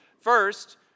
First